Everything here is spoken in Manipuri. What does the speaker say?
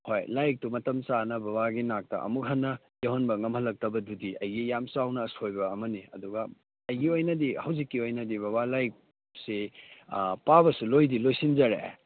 ꯍꯣꯏ ꯂꯥꯏꯔꯇꯤꯛꯇꯨ ꯃꯇꯝ ꯆꯥꯅ ꯕꯕꯥꯒꯤ ꯅꯥꯛꯇ ꯑꯃꯨꯛ ꯍꯟꯅ ꯌꯧꯍꯟꯕ ꯉꯝꯍꯜꯂꯛꯇꯕꯗꯨꯗꯤ ꯑꯩꯒꯤ ꯌꯥꯝ ꯆꯥꯎꯅ ꯑꯁꯣꯏꯕ ꯑꯃꯅꯦ ꯑꯗꯨꯒ ꯑꯩꯒꯤ ꯑꯣꯏꯅꯗꯤ ꯍꯧꯖꯤꯛꯀꯤ ꯑꯣꯏꯅꯗꯤ ꯕꯕꯥ ꯂꯥꯏꯔꯤꯛꯁꯤ ꯄꯥꯕꯁꯨ ꯂꯣꯏꯗꯤ ꯂꯣꯏꯁꯤꯟꯖꯔꯛꯑꯦ